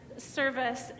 service